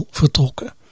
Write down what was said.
vertrokken